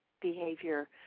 behavior